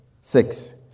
six